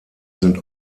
sind